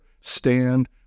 stand